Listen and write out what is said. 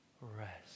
Rest